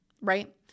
right